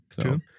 true